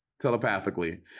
Telepathically